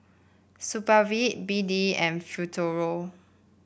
Supravit B D and Futuro